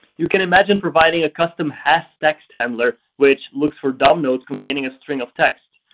you can imagine providing a custom hasnext handler, which looks for dom nodes containing a string of text.